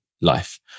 life